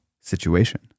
situation